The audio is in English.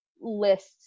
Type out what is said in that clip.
lists